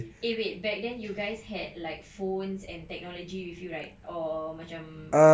eh wait back then you guys had like phones and technology with you right or macam